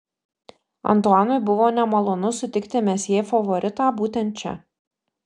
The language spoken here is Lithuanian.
antuanui buvo nemalonu sutikti mesjė favoritą būtent čia